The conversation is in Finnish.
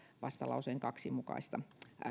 vastalauseen kaksi mukaista